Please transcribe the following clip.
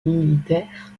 militaire